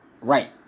right